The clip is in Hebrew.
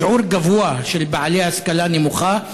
שיעור גבוה של בעלי השכלה נמוכה,